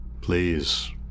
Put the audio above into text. Please